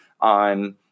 on